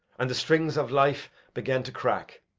and the strings of life began to crack.